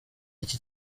iki